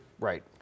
Right